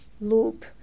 loop